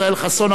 ישראל חסון,